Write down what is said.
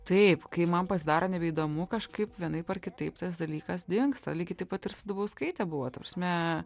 taip kai man pasidaro nebeįdomu kažkaip vienaip ar kitaip tas dalykas dingsta lygiai taip pat ir su dubauskaite buvo ta prasme